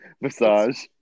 Massage